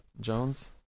Jones